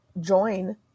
join